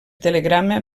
telegrama